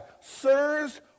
Sirs